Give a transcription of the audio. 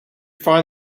find